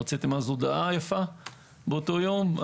הוצאתם אז הודעה יפה באותו יום.